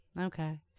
okay